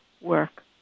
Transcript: work